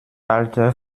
alter